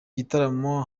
gitaramo